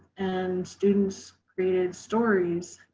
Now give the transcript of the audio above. and students created stories,